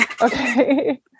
Okay